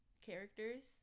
characters